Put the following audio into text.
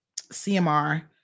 CMR